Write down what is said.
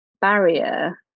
barrier